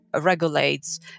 regulates